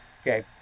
okay